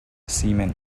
seamen